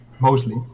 mostly